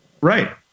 Right